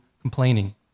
complaining